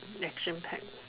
action pack